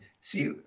see